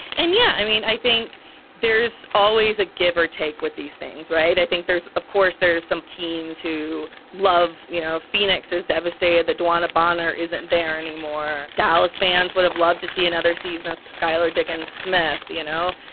and yeah, i mean, i think there's always a give or take with these things, right? i think there's of course, there's some teams who love, you know, phoenix's devastator, the dwan, a bonnar isn't there anymore. dallas fans would have loved to see another season. skyler diggins smith. you know,